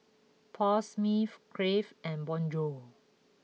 Paul Smith Crave and Bonjour